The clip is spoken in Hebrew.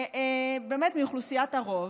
מאוכלוסיית הרוב,